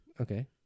Okay